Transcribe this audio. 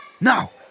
No